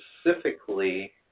specifically